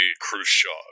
Khrushchev